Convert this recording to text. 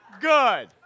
good